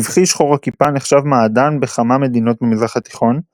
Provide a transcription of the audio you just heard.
הסבכי שחור הכיפה נחשב מעדן בכמה מדינות במזרח התיכון,